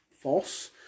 false